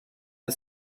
the